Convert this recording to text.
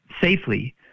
safely